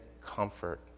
comfort